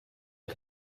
est